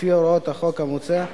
לפי הוראות החוק המוצע,